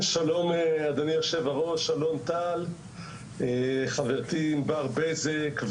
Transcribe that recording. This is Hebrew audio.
היום ט"ו בשבט התשפ"ב,